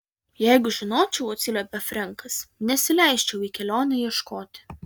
jeigu žinočiau atsiliepė frenkas nesileisčiau į kelionę ieškoti